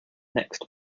next